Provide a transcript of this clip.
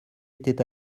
était